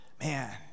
man